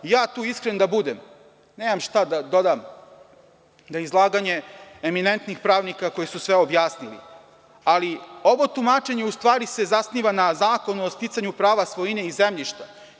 Ja tu, iskren da budem, nemam šta da dodam na izlaganje eminentnih pravnika koji su sve objasnili, ali ovo tumačenje u stvari se zasniva na Zakonu o sticanju prava svojine i zemljišta.